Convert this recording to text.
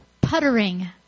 puttering